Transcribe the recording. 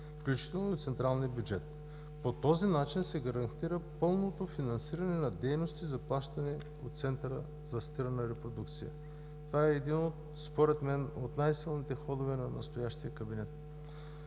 включително и от централния бюджет. По този начин се гарантира пълното финансиране на дейности, заплащани от Центъра за асистирана репродукция. Това според мен е един от най-силните ходове на настоящия кабинет.